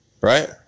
right